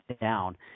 down